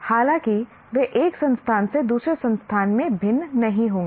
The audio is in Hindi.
हालांकि वे एक संस्थान से दूसरे संस्थान में भिन्न नहीं होंगे